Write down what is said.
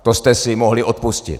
To jste si mohli odpustit.